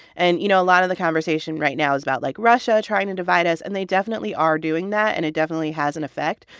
and, you know, a lot of the conversation right now is about, like, russia trying to divide us. and they definitely are doing that, and it definitely has an effect.